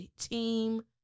team